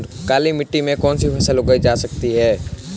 काली मिट्टी में कौनसी फसल उगाई जा सकती है?